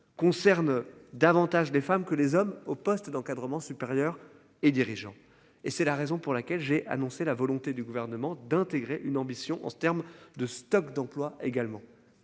concerne davantage les femmes que les hommes aux postes d'encadrement supérieur et dirigeants et c'est la raison pour laquelle j'ai annoncé la volonté du gouvernement d'intégrer une ambition en termes de stock d'emplois également.